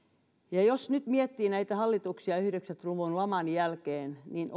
jos nyt miettii hallituksia yhdeksänkymmentä luvun laman jälkeen niin